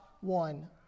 one